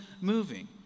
moving